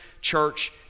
church